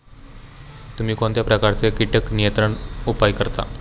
तुम्ही कोणत्या प्रकारचे कीटक नियंत्रण उपाय वापरता?